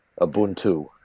Ubuntu